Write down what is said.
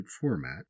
format